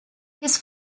his